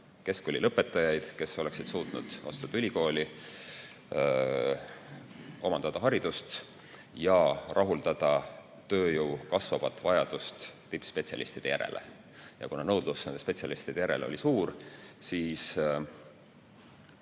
keskkoolilõpetajaid, kes oleksid suutnud astuda ülikooli, omandada haridust ja rahuldada tööjõu kasvavat vajadust tippspetsialistide järele. Kuna nõudlus nende spetsialistide järele oli suur, siis